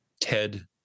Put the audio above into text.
Ted